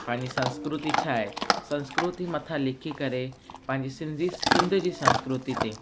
पंहिंजी संस्कृति छा आहे संस्कृति मथां लिखी करे पंहिंजी सिंधी सिंधु जी संस्कृति ते